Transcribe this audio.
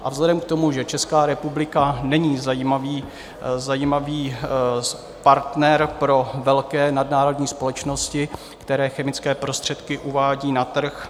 A vzhledem k tomu, že Česká republika není zajímavý partner pro velké nadnárodní společnosti, které chemické prostředky uvádějí na trh...